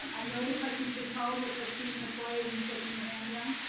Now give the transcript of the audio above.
um i know the question's been called, but trustee metoyer you taking your hand down?